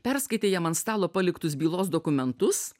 perskaitė jam ant stalo paliktus bylos dokumentus